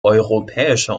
europäischer